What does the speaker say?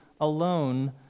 alone